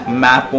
map